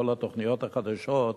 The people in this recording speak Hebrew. כל התוכניות החדשות,